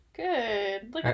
good